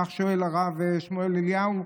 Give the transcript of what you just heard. כך שואל הרב שמואל אליהו.